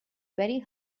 very